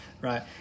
right